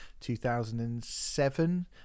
2007